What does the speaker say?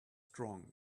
strong